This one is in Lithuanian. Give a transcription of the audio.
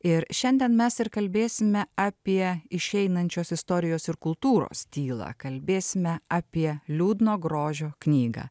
ir šiandien mes ir kalbėsime apie išeinančios istorijos ir kultūros tylą kalbėsime apie liūdno grožio knygą